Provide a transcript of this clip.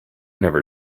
never